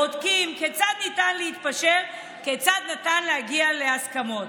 בודקים כיצד ניתן להתפשר וכיצד ניתן להגיע להסכמות.